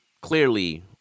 clearly